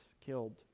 killed